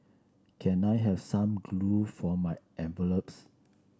can I have some glue for my envelopes